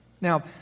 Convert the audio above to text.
Now